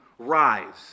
Rise